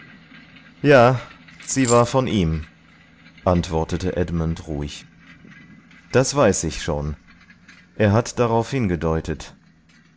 ja sie war von ihm antwortete edmund ruhig das weiß ich schon er hat darauf hingedeutet